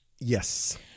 yes